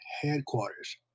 Headquarters